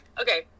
okay